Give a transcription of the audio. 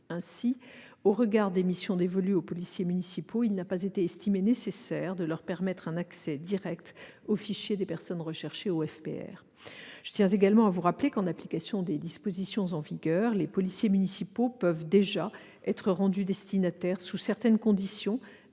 Ainsi, au regard des missions dévolues aux policiers municipaux, il n'a pas été jugé nécessaire de leur permettre un accès direct au fichier des personnes recherchées, le FPR. Je tiens à vous rappeler qu'en application des dispositions en vigueur les policiers municipaux peuvent déjà être rendus destinataires, sous certaines conditions,